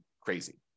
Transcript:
crazy